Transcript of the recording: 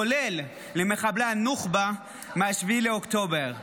כולל למחבלי הנוחבה מ-7 באוקטובר,